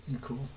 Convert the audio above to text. Cool